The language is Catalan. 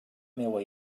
meua